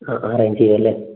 ആ ആ അറേഞ്ച് ചെയ്യും അല്ലേ